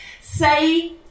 say